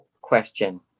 question